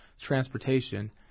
transportation